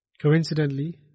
Coincidentally